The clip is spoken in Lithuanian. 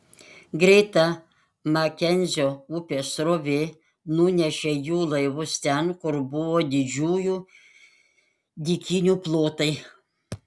greita makenzio upės srovė nunešė jų laivus ten kur buvo didžiųjų dykynių plotai